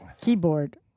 keyboard